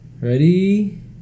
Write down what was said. Ready